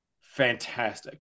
fantastic